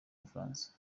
bufaransa